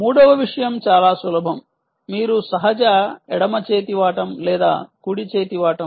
మూడవ విషయం చాలా సులభం మీరు సహజ ఎడమ చేతివాటం లేదా కుడి చేతివాటం